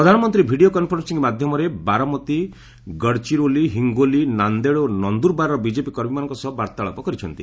ପ୍ରଧାନମନ୍ତ୍ରୀ video conferencing ମାଧ୍ୟମରେ ବାରମତି ଗଡଚିରୋଲି ହିଙ୍ଗୋଲି ନାନ୍ଦେଡ୍ ଓ ନନ୍ଦୁରବାରର ବିଜେପି କର୍ମୀମାନଙ୍କ ସହ ବାର୍ତ୍ତାଳାପ କରିଛନ୍ତି